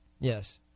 Yes